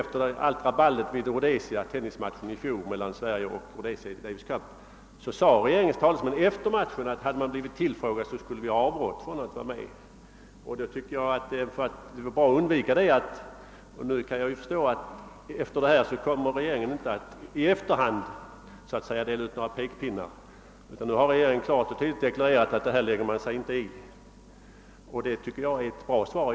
Efter allt rabalder som inträffade i samband med tennislandskampen i Davis Cup mellan Sverige och Rhodesia i fjol sade emellertid regeringens talesmän att de, om de hade blivit tillfrågade, skulle ha avrått Tennisförbundet från att ställa upp för att undvika oroligheter. Jag hoppas nu att regeringen i fortsättningen inte i efterhand kommer att dela ut några pekpinnar utan klart har deklarerat att man inte lägger sig i frågor av denna typ. Det tycker jag är ett bra svar.